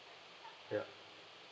ya